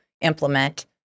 implement